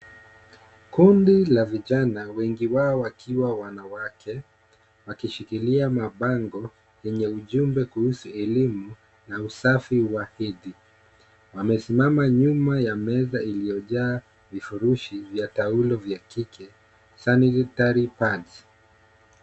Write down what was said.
Kundi la vijana, wengi wao wakiwa wanawake wakishikilia mabango yenye ujumbe kuhusu elimu na usafi wa hidhi. Wamesimama nyuma ya meza iliyojaa vifurushi vya taulo ya kike sanitory pads .